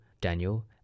Daniel